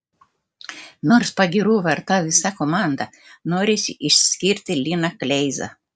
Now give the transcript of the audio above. nors pagyrų verta visa komanda norisi išskirti liną kleizą